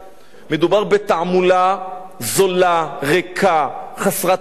מדובר בתעמולה זולה, ריקה, חסרת בסיס.